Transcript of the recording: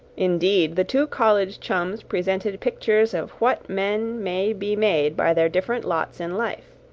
indeed, the two college chums presented pictures of what men may be made by their different lots in life.